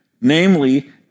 namely